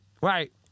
right